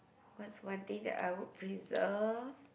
what's one thing that I would preserve